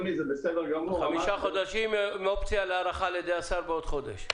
עם אופציה להארכה על ידי השר בעוד חודש.